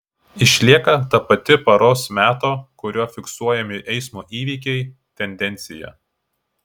išlieka ta pati paros meto kuriuo fiksuojami eismo įvykiai tendencija